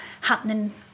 happening